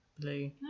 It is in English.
blue